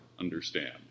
understand